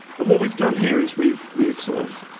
and what we've done here is we've we've sort of